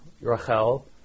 Rachel